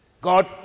God